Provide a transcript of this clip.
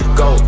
go